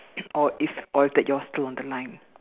or if or if that you're still on the line